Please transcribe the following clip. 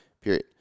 period